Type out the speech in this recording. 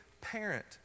parent